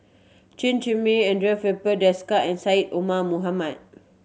Chen Zhiming Andre Filipe Desker and Syed Omar Mohamed